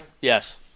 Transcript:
Yes